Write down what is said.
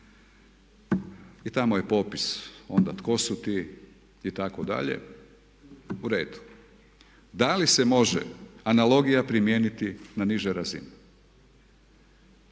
I tamo je popis onda tko su ti itd. U redu. Da li se može analogija primijeniti na nižoj razini?